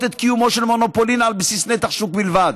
קיום של מונופולין על בסיס נתח שוק בלבד.